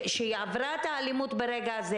שהיא עברה את האלימות ברגע זה,